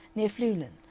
near fluelen,